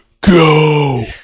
go